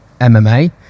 MMA